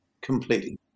completely